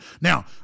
Now